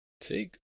take